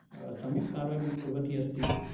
सम्यक् कार्यं कुर्वती अस्ति